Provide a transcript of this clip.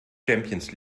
champions